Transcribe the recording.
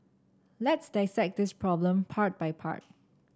let's dissect this problem part by part